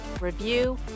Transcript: review